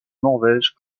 norvège